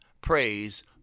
Praise